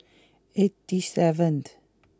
eighty seventh